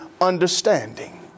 understanding